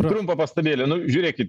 trumpą pastabėlę nu žiūrėkit